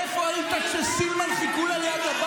איפה היית כששלחו כדור אקדח לאשתו של בנט?